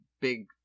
big